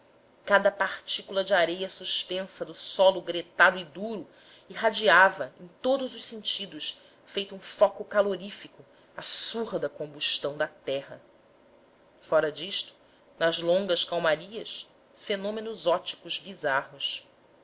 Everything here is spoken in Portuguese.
cada partícula de areia suspensa do solo gretado e duro irradiava em todos os sentidos feito um foco calorífico a surda combustão da terra fora disto nas longas calmarias fenômenos óticos bizarros